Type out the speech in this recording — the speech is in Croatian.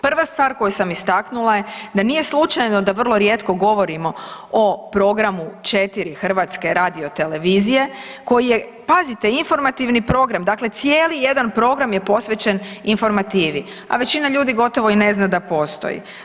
Prva stvar koju sam istaknula je da nije slučajno da vrlo rijetko govorimo o programu 4 HRT-a koji je, pazite, informativni program, dakle cijeli jedan program je posvećen informativi, a većina ljudi gotovo i ne zna da postoji.